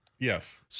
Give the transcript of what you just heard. Yes